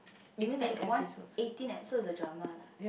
you mean like a one eighteen at so it's a drama lah